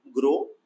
grow